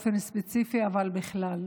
אבל בכלל.